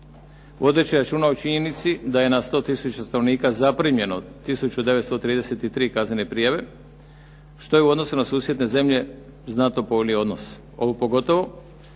vodeći računa o činjenici da je na 100000 stanovnika zaprimljeno 1933 kaznene prijave što je u odnosu na susjedne zemlje znatno povoljniji odnos, ovo pogotovo